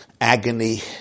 agony